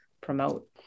promote